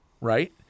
right